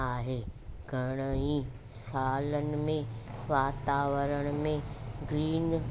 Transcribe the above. आहे घणेई सालनि में वातावरण में ग्रीन